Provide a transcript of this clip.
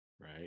right